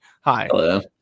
Hi